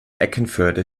eckernförde